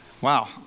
Wow